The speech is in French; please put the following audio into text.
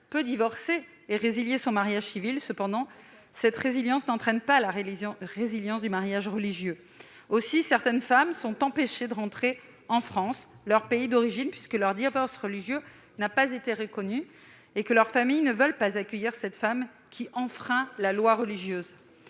peut divorcer et résilier son mariage civil. Cependant cette résiliation n'entraîne pas celle du mariage religieux. Aussi, certaines femmes sont empêchées de rentrer en France, leur pays d'origine, puisque leur divorce religieux n'a pas été reconnu et que leur famille ne souhaite pas accueillir une femme ayant enfreint la loi religieuse.